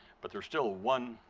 but there's still one